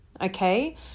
Okay